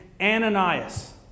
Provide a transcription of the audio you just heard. Ananias